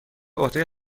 عهده